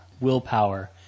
willpower